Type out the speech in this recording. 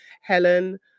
Helen